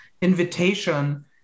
invitation